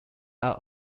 are